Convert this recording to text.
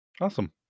Awesome